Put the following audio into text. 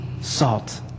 Salt